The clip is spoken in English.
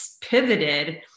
pivoted